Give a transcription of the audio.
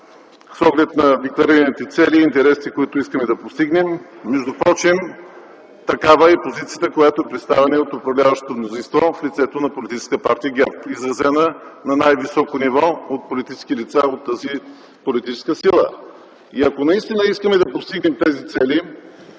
с оглед декларираните цели и интересите, които искаме да постигнем. Впрочем, такава е и позицията, която е представена и от управляващото мнозинство в лицето на Политическа партия ГЕРБ, изразена на най-високо ниво от политически лица от тази политическа сила. Ако наистина заедно искаме да постигнем тези цели,